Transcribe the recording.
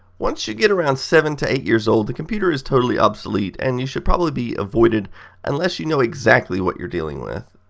once you get around seven to eight years old, the computer is totally obsolete and should probably be avoided unless you know exactly what you are dealing with.